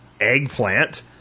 eggplant